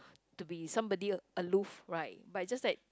to be somebody aloof right but it just that